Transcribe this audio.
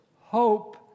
hope